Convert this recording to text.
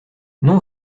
non